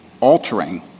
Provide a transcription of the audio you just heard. altering